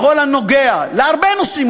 בכל הקשור להרבה נושאים,